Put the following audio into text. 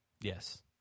Yes